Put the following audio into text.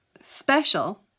Special